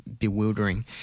Bewildering